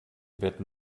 betten